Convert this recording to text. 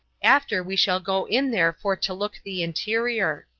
after we shall go in there for to look the interior.